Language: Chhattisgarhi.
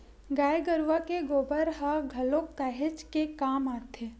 गाय गरुवा के गोबर ह घलोक काहेच के काम आथे